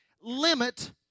limit